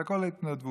זה הכול בהתנדבות.